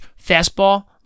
fastball